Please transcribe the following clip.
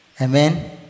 Amen